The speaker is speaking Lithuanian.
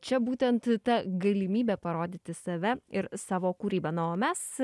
čia būtent ta galimybė parodyti save ir savo kūrybą na o mes